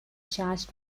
charged